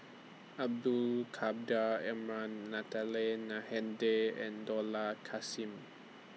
Abdul Natalie Na Hennedige and Dollah Kassim